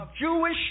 Jewish